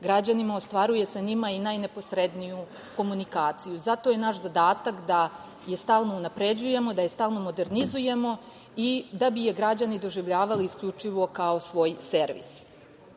građanima, ostvaruje sa njima i najneposredniju komunikaciju. Zato je naš zadatak da je stalno unapređujemo, da je stalno modernizujemo, da bi je građani doživljavali isključivo kao svoj servis. Imajući